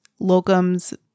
locums